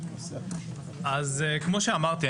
אז כמו שאמרתי,